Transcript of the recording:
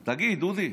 תגיד, דודי,